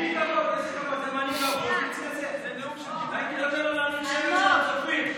למי כבוד, לא הייתי נותן לו להפעיל שבט של הצופים.